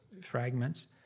fragments